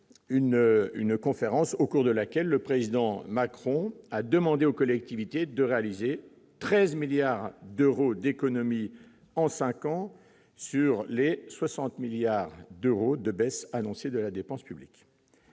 une conférence au cours de laquelle le président Macron a demandé aux collectivités de réaliser 13 milliards d'euros d'économies en 5 ans sur les 60 milliards d'euros de baisse annoncée de la dépense publique,